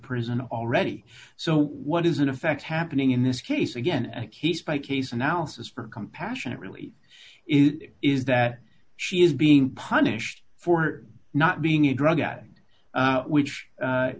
prison already so what is in effect happening in this case again a case by case analysis for compassionate release it is that she is being punished for not being a drug addict which